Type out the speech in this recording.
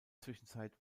zwischenzeit